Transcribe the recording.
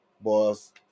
boss